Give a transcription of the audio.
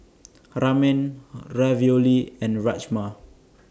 Ramen Ravioli and Rajma